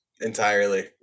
Entirely